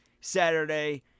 Saturday